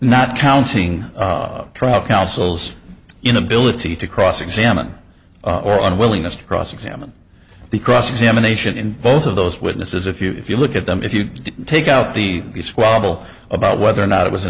not counting trial counsel's inability to cross examine or unwillingness to cross examine the cross examination in both of those witnesses if you if you look at them if you take out the squabble about whether or not it was an